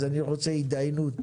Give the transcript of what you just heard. אז אני רוצה הידיינות